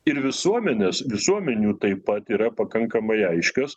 ir visuomenės visuomenių taip pat yra pakankamai aiškios